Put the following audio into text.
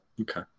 okay